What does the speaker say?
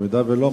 במידה שלא,